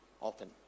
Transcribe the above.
often